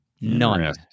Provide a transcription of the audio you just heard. None